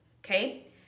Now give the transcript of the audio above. okay